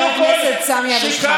חבר הכנסת סמי אבו שחאדה, די.